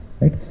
right